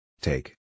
take